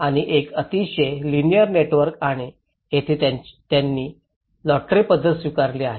आणि एक अतिशय लिनिअर नेटवर्क आणि येथे त्यांनी लॉटरी पध्दत स्वीकारली आहे